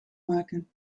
maken